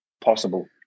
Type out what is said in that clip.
possible